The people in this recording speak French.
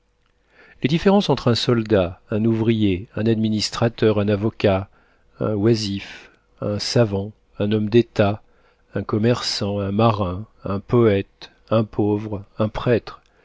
les différences entre un soldat un ouvrier un administrateur un avocat un oisif un savant un homme d'état un commerçant un marin un poëte un pauvre un prêtre